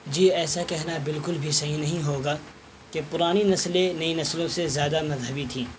جی ایسا کہنا بالکل بھی صحیح نہیں ہوگا کہ پرانی نسلیں نئی نسلوں سے زیادہ مذہبی تھیں